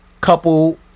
couple